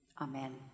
Amen